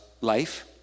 life